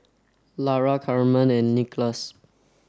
Lara Camren and Nicolas